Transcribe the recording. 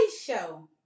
show